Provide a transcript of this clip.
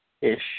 ish